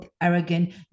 arrogant